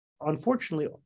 Unfortunately